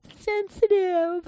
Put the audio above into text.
Sensitive